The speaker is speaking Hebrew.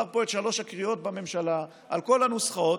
פה את שלוש הקריאות בממשלה על כל הנוסחאות.